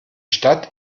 stadt